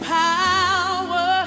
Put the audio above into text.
power